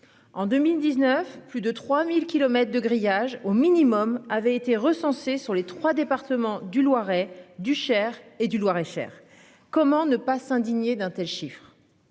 En 2019, plus de 3000 kilomètres de grillage au minimum avaient été recensés sur les 3 départements du Loiret du Cher et du Loir-et-Cher. Comment ne pas s'indigner d'un tel chiffre.